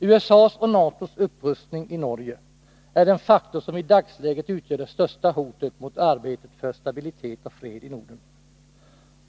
USA:s och NATO:s upprustning i Norge är den faktor som i dagsläget utgör det största hotet mot arbetet för stabilitet och fred i Norden.